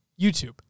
YouTube